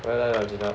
我要来了 Jun Hup